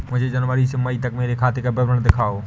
मुझे जनवरी से मई तक मेरे खाते का विवरण दिखाओ?